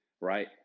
right